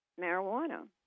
marijuana